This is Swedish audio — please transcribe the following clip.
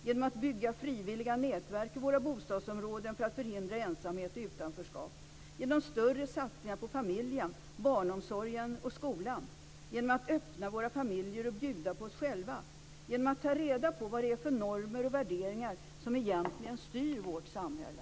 Man kan bygga frivilliga nätverk i våra bostadsområden för att förhindra ensamhet och utanförskap. Man kan göra större satsningar på familjen, barnomsorgen och skolan. Vi kan öppna våra familjer och bjuda på oss själva, och vi kan ta reda på vad det är för normer och värderingar som egentligen styr vårt samhälle.